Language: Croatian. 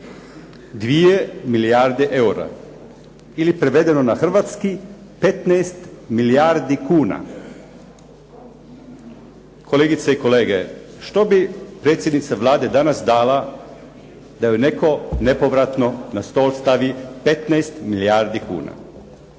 2 milijarde eura, ili prevedeno na hrvatski 15 milijardi kuna. Kolegice i kolege, što bi predsjednica Vlade danas dala da joj netko nepovratno na stol stavi 15 milijardi kuna?